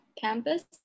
campus